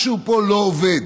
משהו פה לא עובד.